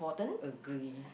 agree